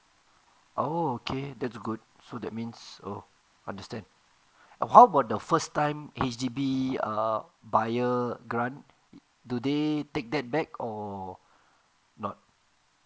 oh okay that's good so that means o~ understand how about the first time H_D_B err buyer grant do they take that back or not